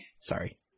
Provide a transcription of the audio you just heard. Sorry